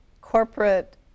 corporate